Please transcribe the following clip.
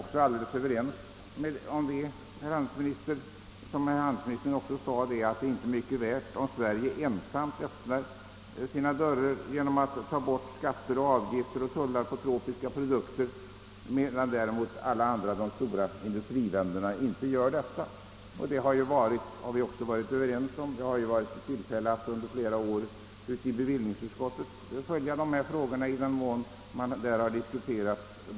Handelsministern sade att det inte är mycket värt om Sverige ensamt öppnar sina dörrar genom att ta bort skatter, avgifter och tullar på tropiska produkter, om de stora industriländerna inte gör samma sak. Därom är vi överens. Jag har under flera år kunnat följa dessa frågor i bevillningsutskottet i den mån de där har diskuterats.